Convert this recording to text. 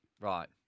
Right